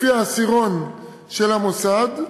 לפי העשירון של המוסד,